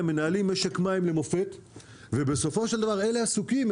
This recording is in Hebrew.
הם מנהלים משק מים למופת ובסופו של דבר אלה עסוקים,